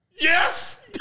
Yes